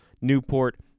Newport